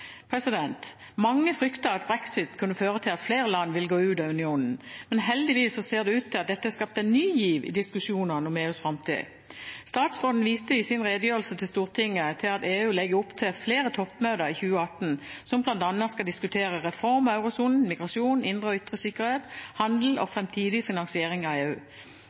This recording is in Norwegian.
Mange fryktet at brexit kunne føre til at flere land ville gå ut av unionen, men heldigvis ser det ut til at dette har skapt en ny giv i diskusjonene om EUs framtid. Statsråden viste i sin redegjørelse i Stortinget til at EU i 2018 legger opp til flere toppmøter som bl.a. skal diskutere reform av eurosonen, migrasjon, indre og ytre sikkerhet, handel og framtidig finansiering av EU.